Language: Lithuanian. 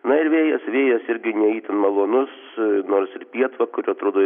na ir vėjas vėjas irgi ne itin malonus nors ir pietvakarių atrodo